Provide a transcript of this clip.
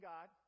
God